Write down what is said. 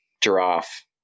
giraffe